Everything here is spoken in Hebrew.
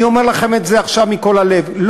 אני אומר לכם את זה עכשיו מכל הלב,